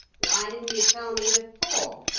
why didn't you tell me before?